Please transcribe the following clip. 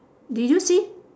did you see